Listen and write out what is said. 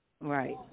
Right